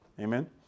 Amen